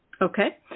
Okay